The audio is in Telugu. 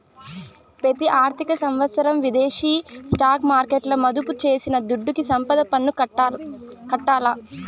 పెతి ఆర్థిక సంవత్సరం విదేశీ స్టాక్ మార్కెట్ల మదుపు చేసిన దుడ్డుకి సంపద పన్ను కట్టాల్ల